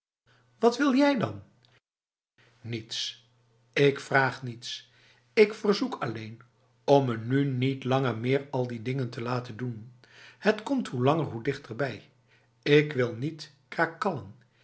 wat wil jij dan niets ik vraag niets ik verzoek alleen om me nu niet langer meer al die dingen te laten doen het komt hoe langer hoe dichterbij ik wil niet krakallen